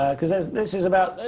cause there's. this is about.